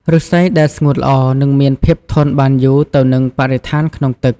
ឫស្សីដែលស្ងួតល្អនឹងមានភាពធន់បានយូរទៅនឹងបរិស្ថានក្នុងទឹក។